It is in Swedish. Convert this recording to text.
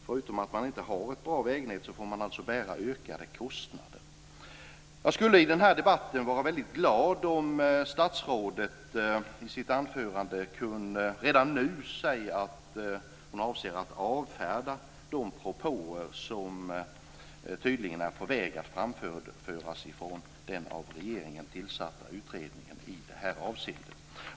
Förutom att de inte har ett bra vägnät får de alltså bära ökade kostnader. Jag skulle i den här debatten vara väldigt glad om statsrådet i sitt anförande kunde redan nu säga att hon avser att avfärda de propåer som tydligen är på väg att framföras från den av regeringen tillsatta utredningen i det här avseendet. Herr talman!